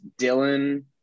Dylan